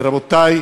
רבותי,